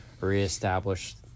reestablish